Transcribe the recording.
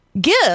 Give